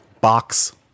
box